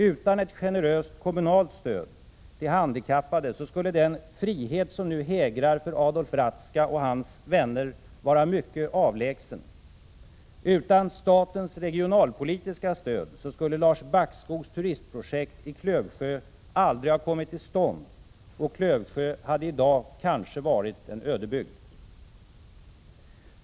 Utan ett generöst kommunalt stöd till handikappade skulle den frihet som nu hägrar för Adolf Ratzka och hans vänner vara mycket avlägsen. Utan statens regionalpolitiska stöd skulle Lars Backskogs turistprojekt i Klövsjö aldrig ha kommit till stånd, och Klövsjö hade i dag kanske varit ödebygd.